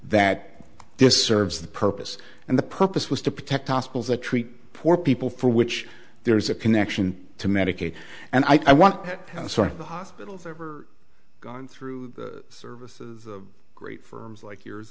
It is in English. that this serves the purpose and the purpose was to protect hospitals that treat poor people for which there is a connection to medicaid and i want that sort of the hospitals ever gone through services great firms like y